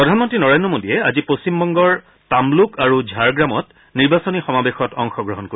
প্ৰধানমন্ত্ৰী নৰেন্দ্ৰ মোডীয়ে আজি পশ্চিম বংগৰ তামলুক আৰু ঝাৰগ্ৰামত নিৰ্বাচনী সমাৱেশত অংশগ্ৰহণ কৰিব